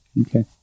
Okay